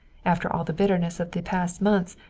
after all the bitterness of the past months,